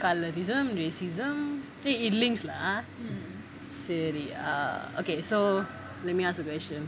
colourism racism eh it links lah ah okay ah okay so let me ask the question